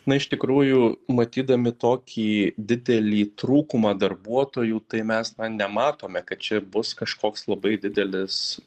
na iš tikrųjų matydami tokį didelį trūkumą darbuotojų tai mes nematome kad čia bus kažkoks labai didelis